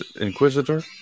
Inquisitor